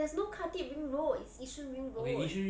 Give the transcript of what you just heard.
there's no khatib ring road is yishun ring road